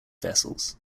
vessels